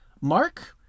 Mark